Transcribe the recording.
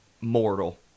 mortal